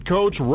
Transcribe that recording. Coach